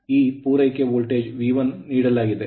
ಈ ಪೂರೈಕೆ ವೋಲ್ಟೇಜ್ ನಲ್ಲಿ V1 ಅನ್ನು ನೀಡಲಾಗಿದೆ